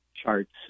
Charts